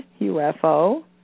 UFO